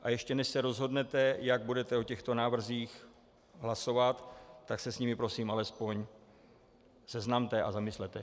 A ještě než se rozhodnete, jak budete o těchto návrzích hlasovat, tak se s nimi prosím alespoň seznamte a zamyslete.